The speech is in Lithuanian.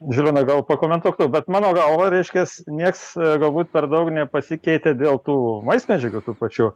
žilvinai gal pakomentuok tu bet mano galva reiškias nieks galbūt per daug nepasikeitė dėl tų maistmedžiagių tų pačių